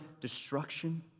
destruction